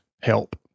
help